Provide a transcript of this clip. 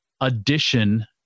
addition